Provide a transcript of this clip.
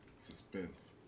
suspense